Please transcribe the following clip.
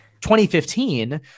2015